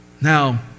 now